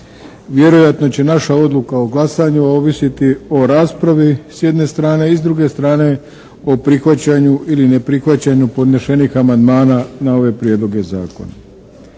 Vjerojatno će naša odluka o glasanju ovisiti o raspravi s jedne strane i s druge strane o prihvaćanju ili ne prihvaćanju podnešenih amandmana na ove Prijedloge zakona.